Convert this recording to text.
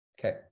Okay